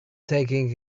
taking